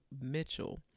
Mitchell